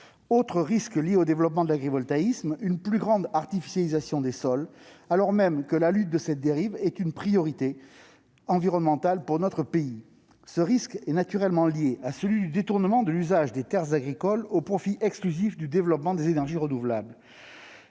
Autre risque lié au développement de l'agrivoltaïsme : une plus grande artificialisation des sols, alors même que la lutte contre cette dérive est une priorité environnementale pour notre pays. Ce risque est naturellement lié à celui du détournement de l'usage des terres agricoles au profit exclusif du développement des énergies renouvelables.